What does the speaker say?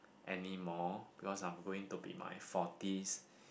anymore because I'm going to be my forties